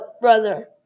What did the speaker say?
brother